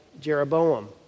Jeroboam